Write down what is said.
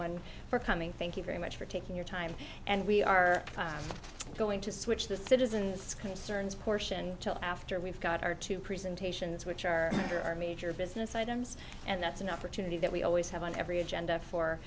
one for coming thank you very much for taking your time and we are going to switch the citizens concerns portion to after we've got our two presentations which are under our major business items and that's an opportunity that we always have on every agenda for